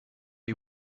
you